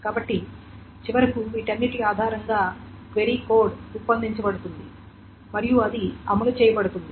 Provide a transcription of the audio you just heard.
కాబట్టి చివరకు వీటన్నింటి ఆధారంగా క్వెరీ కోడ్ రూపొందించబడుతుంది మరియు అది అమలు చేయబడుతుంది